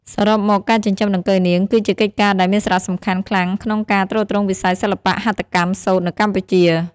សរុបមក ការចិញ្ចឹមដង្កូវនាង គឺជាកិច្ចការដែលមានសារៈសំខាន់ខ្លាំងក្នុងការទ្រទ្រង់វិស័យសិល្បៈហត្ថកម្មសូត្រនៅកម្ពុជា។